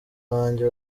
banjye